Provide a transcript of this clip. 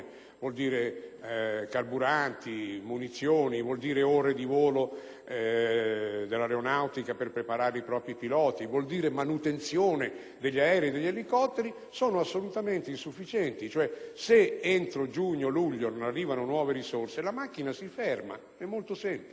i carburanti, le munizioni, le ore di volo dell'Aeronautica per preparare i propri piloti, la manutenzione degli aerei e degli elicotteri - sono assolutamente insufficienti. Se entro il mese di giugno o di luglio non arrivano nuove risorse la macchina si ferma: è molto semplice.